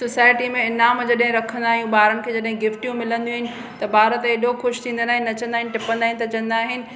society में ईनाम जॾहिं रखंदा आहियूं ॿारनि खे जॾहिं गिफ्टियूं मिलंदियूं आहिनि त ॿार त हेॾो ख़ुशि थींदा आहिनि नचंदा आहिनि टपंदा आहिनि त चवंदा आहिनि